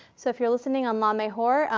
so if you're listening on la mejor,